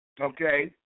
Okay